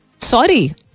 Sorry